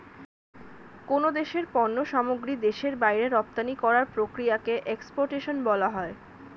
কোন দেশের পণ্য সামগ্রী দেশের বাইরে রপ্তানি করার প্রক্রিয়াকে এক্সপোর্টেশন বলা হয়